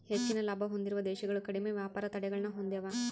ಹೆಚ್ಚಿನ ಲಾಭ ಹೊಂದಿರುವ ದೇಶಗಳು ಕಡಿಮೆ ವ್ಯಾಪಾರ ತಡೆಗಳನ್ನ ಹೊಂದೆವ